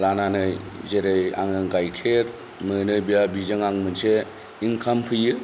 लानानै जेरै आङो गाइखेर मोनो बिराद बिजों आं मोनसे इन्काम फैयो